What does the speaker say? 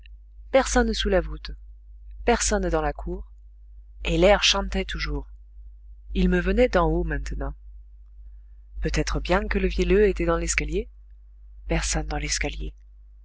personne sous la voûte personne dans la cour et l'air chantait toujours il me venait d'en haut maintenant peut-être bien que le vielleux était dans l'escalier personne dans l'escalier